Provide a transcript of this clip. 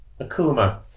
Akuma